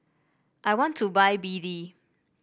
I want to buy B D